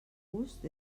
gust